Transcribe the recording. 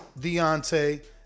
deontay